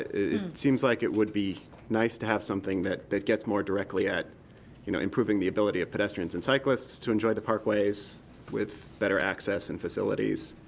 it seems like it would be nice to have something that that gets more directly at you know improving the ability of pedestrians and cyclists to enjoy the parkways with better access and facilities,